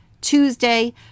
Tuesday